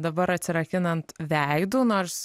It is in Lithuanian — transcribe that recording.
dabar atsirakinant veidu nors